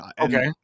okay